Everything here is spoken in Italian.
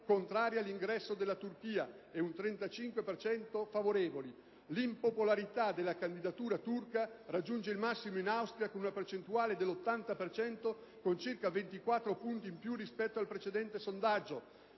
contrari all'ingresso della Turchia nella UE, con un 35 per cento di favorevoli. L'impopolarità della candidatura turca raggiunge il massimo in Austria, con una percentuale dell'80 per cento, circa 24 punti in più rispetto al precedente sondaggio.